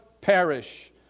perish